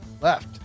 left